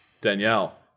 Danielle